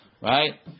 right